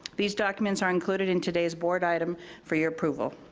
these documents are included in today's board item, for your approval.